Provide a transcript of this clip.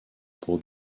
pour